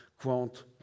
Quant